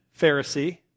Pharisee